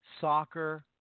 Soccer